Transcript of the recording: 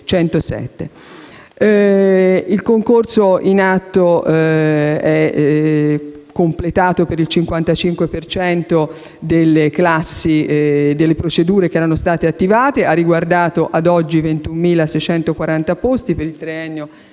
Il concorso in atto è completato per il 55 per cento delle procedure che erano state attivate; ha riguardato ad oggi 21.640 posti per il triennio